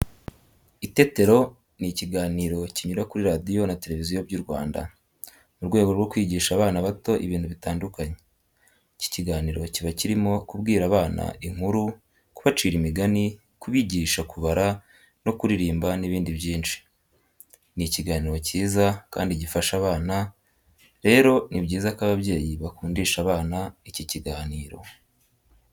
Itetero ni ikiganiro kinyura kuri radiyo na televiziyo by'u Rwanda, mu rwego rwo kwigisha abana bato ibintu bitandukanye. Iki kiganiro kiba kirimo kubwira abana inkuru, kubacira imigani, kubigisha kubara no kuririmba n'ibindi byinshi. Ni ikiganiro cyiza kandi gifasha abana, rero ni byiza ko ababyeyi bakundisha abana iki kiganiro.